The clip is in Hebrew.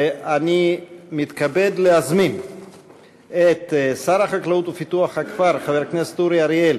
אני מתכבד להזמין את שר החקלאות ופיתוח הכפר חבר הכנסת אורי אריאל